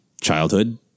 childhood